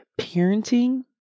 parenting